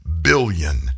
billion